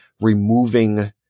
removing